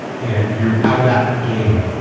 and you're out of that game,